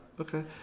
Okay